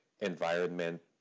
environment